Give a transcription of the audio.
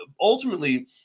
ultimately